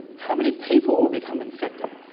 how many people will become infected?